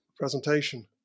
presentation